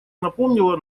напомнило